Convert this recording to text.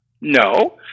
no